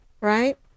right